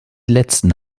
letzten